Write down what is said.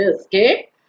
okay